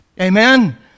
Amen